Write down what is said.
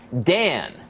Dan